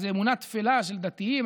זאת איזו אמונה טפלה של דתיים,